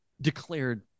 declared